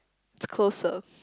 it's closer